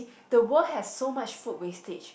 the world has so much food wastage